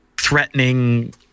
...threatening